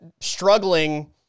struggling